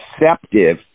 receptive